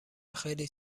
خیلی